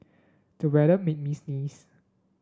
the weather made me sneeze